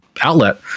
outlet